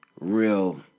real